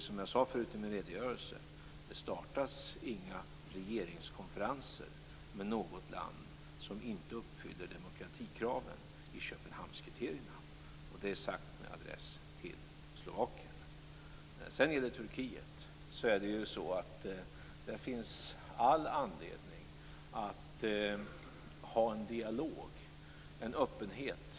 Som jag sade i min redogörelse: Det startas inga regeringskonferenser med något land som inte uppfyller demokratikraven i Köpenhamnskriterierna; detta sagt med adress till Slovakien. När det gäller Turkiet finns det all anledning att ha en dialog, en öppenhet.